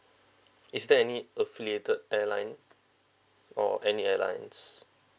is there any affiliated airline or any airlines